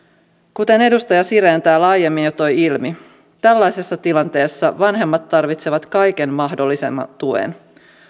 kuten edustaja siren täällä aiemmin jo toi ilmi tällaisessa tilanteessa vanhemmat tarvitsevat kaiken mahdollisen tuen